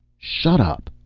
shut up,